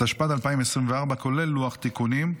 התשפ"ד 2024, כולל לוח התיקונים,